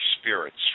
spirits